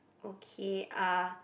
okay ah